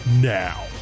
now